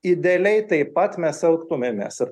idealiai taip pat mes elgtumėmės ir